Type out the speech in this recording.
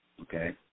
okay